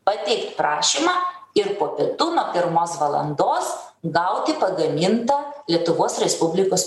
pateikt prašymą ir po pietų nuo pirmos valandos gauti pagamintą lietuvos respublikos